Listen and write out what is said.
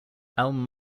elm